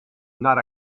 not